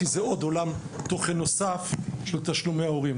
כי זה עוד עולם תוכן נוסף של תשלומי ההורים.